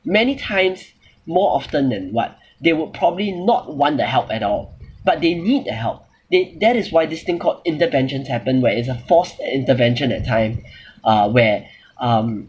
many times more often than what they would probably not want the help at all but they need the help they that is why this thing called interventions happened where it's a forced intervention at time uh where um